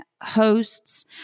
hosts